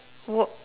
what